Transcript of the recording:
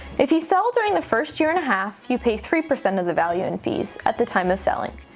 if you sell during the first year and a half, you pay three percent of the value in fees at the time of selling,